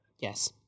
Yes